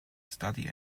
study